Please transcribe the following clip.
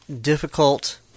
difficult